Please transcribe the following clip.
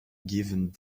giving